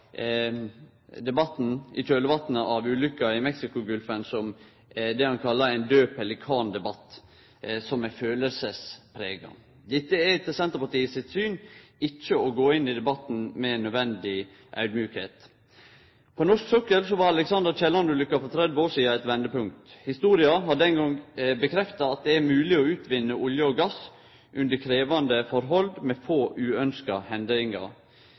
debatten i kjølvatnet av ulykka i Mexicogolfen som det han kallar ein død pelikan-debatt som er følelsesprega. Dette er etter Senterpartiet sitt syn ikkje å gå inn i debatten med nødvendig audmjukskap. På norsk sokkel var «Alexander Kielland»-ulykka for 30 år sidan eit vendepunkt. Historia har bekrefta at det er mogeleg å utvinne olje og gass under krevjande forhold med få